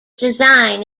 design